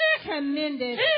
commended